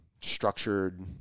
structured